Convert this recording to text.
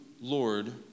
Lord